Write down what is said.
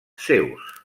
seus